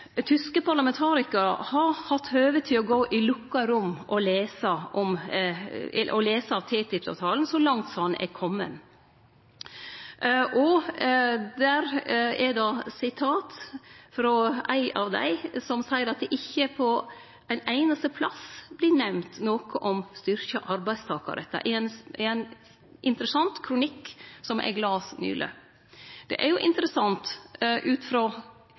Tyske parlamentarikarar har hatt høve til å gå i lukka rom og lese TTIP-avtalen, så langt som han er komen. Det var sitat frå ein av dei, i ein interessant kronikk som eg las nyleg, som seier at det ikkje på ein einaste plass var nemnt noko om styrkte arbeidstakarrettar. Det er jo interessant, ut frå innhaldet om å heve standardar og det